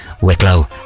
Wicklow